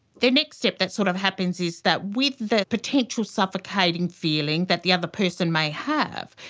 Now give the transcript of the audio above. the next step that sort of happens is that with the potential suffocating feeling that the other person may have,